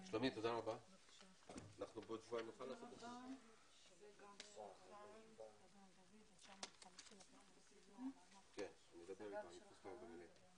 10:54.